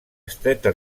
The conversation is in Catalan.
estreta